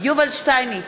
יובל שטייניץ,